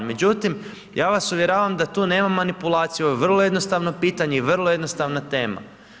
Međutim, ja vas uvjeravam da tu nema manipulacije, ovo je vrlo jednostavno pitanje i vrlo jednostavna tema.